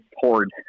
poured